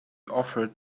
offered